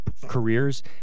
Careers